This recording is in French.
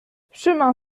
chemin